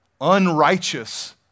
unrighteous